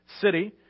city